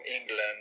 England